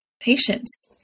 Patience